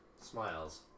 smiles